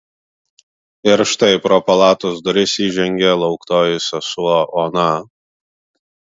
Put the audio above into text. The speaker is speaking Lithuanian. ir štai pro palatos duris įžengė lauktoji sesuo ona